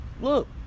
Look